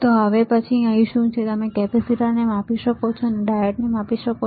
તો હવે પછી અહીં શું છે કે તમે કેપેસિટરને માપી શકો છો તમે ડાયોડને માપી શકો છો